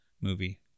movie